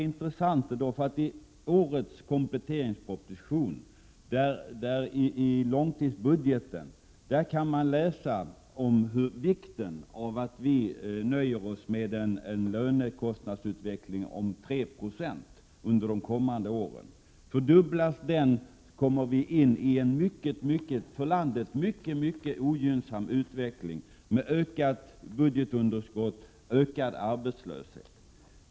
I årets kompletteringsproposition kan man beträffande långtidsbudgeten läsa om vikten av att vi nöjer oss med en utveckling som innebär att lönerna stiger med 3 90 under de kommande åren. Om den siffran fördubblas, får vi en för landet synnerligen ogynnsam utveckling med växande budgetunderskott och en ökad arbetslöshet.